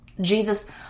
Jesus